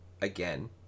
again